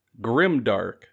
grimdark